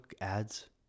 ads